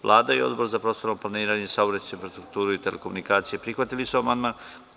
Vlada i Odbor za prostorno planiranje, saobraćaj, infrastrukturu i telekomunikacije prihvatili su amandman.